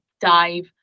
dive